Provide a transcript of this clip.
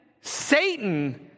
Satan